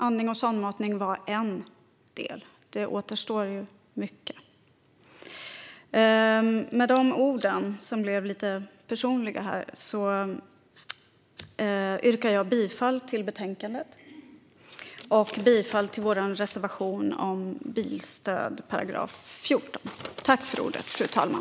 Andning och sondmatning var en del; det återstår mycket. Med de orden, som blev lite personliga, yrkar jag bifall till utskottets förslag förutom i punkt 14 om bilstöd, där jag yrkar bifall till vår reservation.